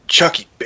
Chucky